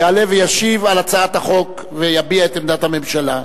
יעלה וישיב על הצעת החוק ויביע את עמדת הממשלה.